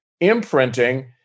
imprinting